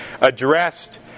addressed